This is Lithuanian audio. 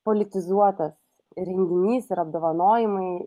politizuotas renginys ir apdovanojimai